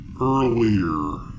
earlier